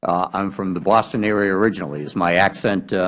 i am from the boston area originally. is my accent